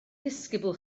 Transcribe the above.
ddisgybl